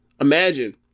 Imagine